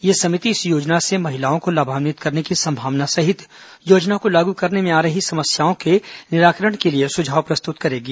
यह समिति इस योजना से महिलाओं को लाभान्वित करने की संभावना सहित योजना को लागू करने में आ रही समस्याओं के निराकरण के लिए सुझाव प्रस्तुत करेगी